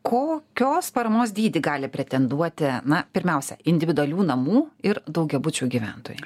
kokios paramos dydį gali pretenduoti na pirmiausia individualių namų ir daugiabučių gyventojai